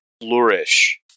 flourish